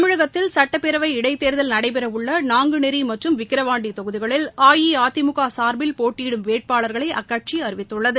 தமிழகத்தில் சட்டப்பேரவை இடைத்தேர்தல் நடைபெறவுள்ள நாங்குநேரி மற்றும் விக்கிரவாண்டி தொகுதிகளில் அஇஅதிமுக சா்பில் போட்டியிடும் வேட்பாளர்களை அக்கட்சி அறிவித்துள்ளது